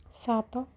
ସାତ